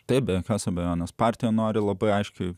taip be jokios abejonės partija nori labai aiškiai